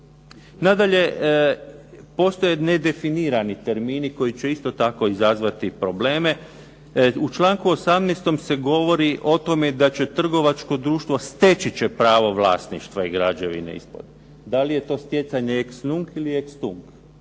Nadalje, postoje nedefinirani termini koji će isto tako izazvati probleme. U članku 18. se govori o tome da će trgovačko društvo steći će pravo vlasništva i građevine ispod. Da li je to stjecanje ex nunc ili ex tunc?